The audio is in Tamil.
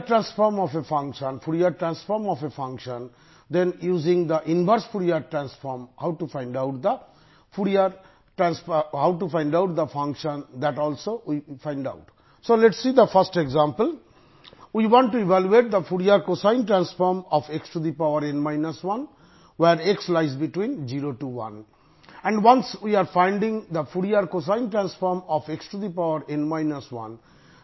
xn 1 என்கிற இந்த ஃபங்க்ஷனின் எவ்வாறு கண்டுபிடிப்பது